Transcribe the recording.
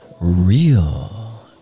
real